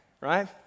right